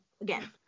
again